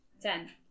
Ten